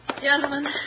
Gentlemen